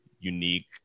Unique